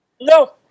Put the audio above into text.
no